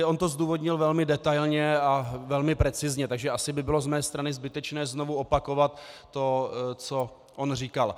On to zdůvodnil velmi detailně a velmi precizně, takže asi by bylo z mé strany zbytečné znovu opakovat to, co on říkal.